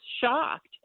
shocked